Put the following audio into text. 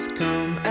come